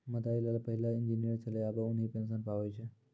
मदारी लाल पहिलै इंजीनियर छेलै आबे उन्हीं पेंशन पावै छै